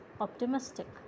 optimistic